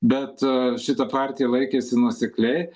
bet šita partija laikėsi nuosekliai